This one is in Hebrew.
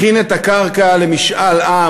הכין את הקרקע למשאל עם,